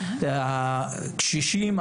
הקשישים,